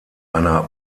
einer